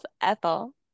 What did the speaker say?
Ethel